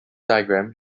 diagram